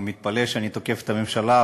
אני מתפלא שאני תוקף את הממשלה,